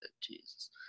Jesus